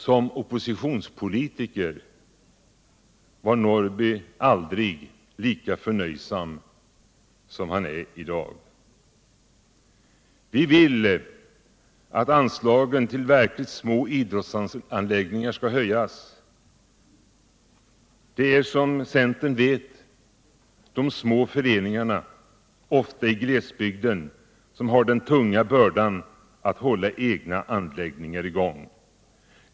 Såsom oppositionspolitiker var Karl-Eric Norrby aldrig lika förnöjsam som han är i dag. Vi vill att anslaget till verkligt små idrottsanläggningar skall höjas. Såsom centern vet har de små föreningarna, ofta i glesbygden, den tunga bördan att hålla egna anläggningar i gång.